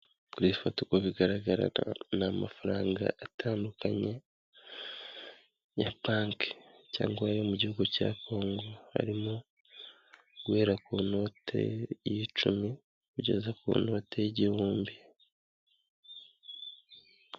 Ku ifoto uko bigaragara ni amafaranga atandukanye ya banki cyangwa ayo mu gihugu cya Congo; harimo guhera ku note y'icumi, kugeza ku note y'igihumbi.